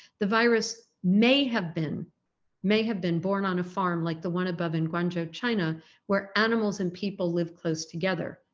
the virus may have been may have been born on a farm like the one above in guangzhou china where animals and people live close together.